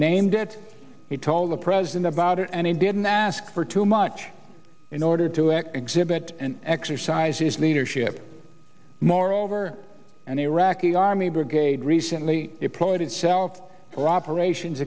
named it he told the president about it and he didn't ask for too much in order to exit and exercise his leadership moreover an iraqi army brigade recently deployed itself for operations